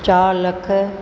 चारि लख